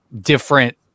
different